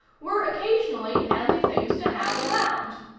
were occasionally handy things to have around.